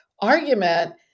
argument